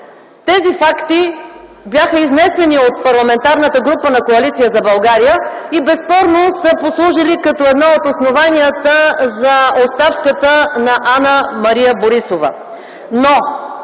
Тези факти бяха изнесени от Парламентарната група на Коалиция за България и безспорно са послужили като едно от основанията за оставката на Анна-Мария Борисова,